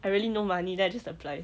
I really no money then I just apply